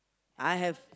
I have